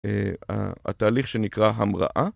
התהליך שנקרא המראה